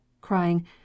crying